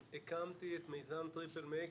הקמתי את מיזם "טריפל מייקר"